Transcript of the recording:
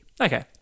Okay